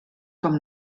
com